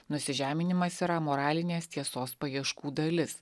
nusižeminimas yra moralinės tiesos paieškų dalis